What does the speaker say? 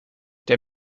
der